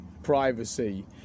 Privacy